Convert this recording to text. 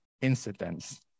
incidents